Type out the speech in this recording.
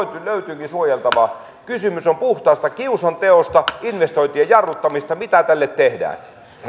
löytääkin suojeltavaa kysymys on puhtaasta kiusanteosta investointien jarruttamisesta mitä tälle tehdään